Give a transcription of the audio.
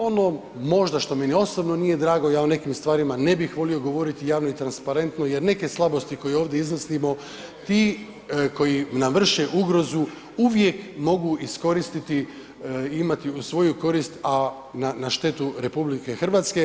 Ono možda što meni osobno nije drago, ja o nekim stvarima ne bih volio govoriti javno i transparentno jer neke slabosti koje ovdje iznosimo ti koji nam vrše ugrozu uvijek mogu iskoristiti i imati u svoju korist, a na štetu RH.